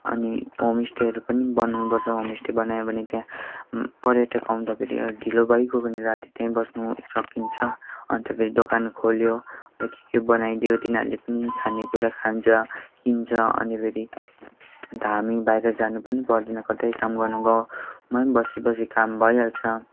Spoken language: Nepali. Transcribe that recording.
अनि होमस्टेहरू पनि बनाउनुपर्छ होमस्टे बनायो भने त्यहाँ पर्यटक आउँदाखेरि ढिलो भइगो भने राती त्यहीँ बस्नु सकिन्छ अन्त फेरि दोकान खोल्यो अनि के के बनाइदियो तिनीहरूले पनि खानेकुरा खान्छ किन्छ अनि फेरि हामी बाहिर जानु पनि पर्दैन कतै काम गर्नु गाउँमै बसीबसी काम भइहाल्छ